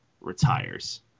retires